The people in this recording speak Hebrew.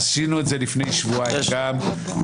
עשינו את זה לפני שבועיים גם.